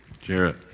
Jarrett